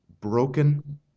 broken